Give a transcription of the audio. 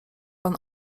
pan